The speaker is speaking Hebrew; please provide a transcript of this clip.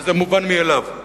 שזה מובן מאליו.